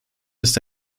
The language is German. ist